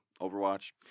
Overwatch